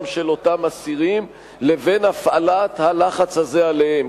של אותם אסירים לבין הפעלת הלחץ הזה עליהם.